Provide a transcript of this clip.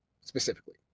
specifically